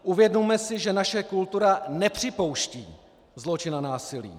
Uvědomme si, že naše kultura nepřipouští zločin a násilí.